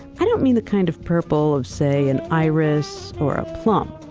i don't mean the kind of purple of say, an iris, or a plum.